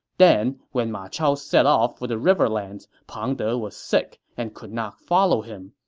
then, when ma chao set off for the riverlands, pang de was sick and could not follow him.